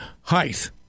height